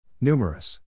Numerous